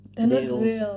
nails